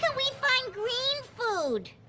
but we find green food?